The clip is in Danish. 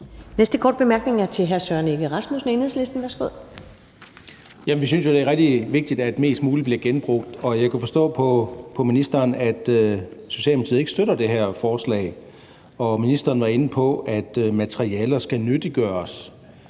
Næste korte bemærkning er til hr. Søren Egge Rasmussen, Enhedslisten. Værsgo. Kl. 15:14 Søren Egge Rasmussen (EL): Vi synes jo, det er rigtig vigtigt, at mest muligt bliver genbrugt, og jeg kunne forstå på ministeren, at Socialdemokratiet ikke støtter det her forslag, og ministeren var inde på, at materialer skal nyttiggøres,